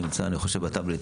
נמצא אני חושב בטאבלט,